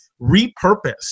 repurposed